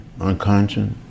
unconscious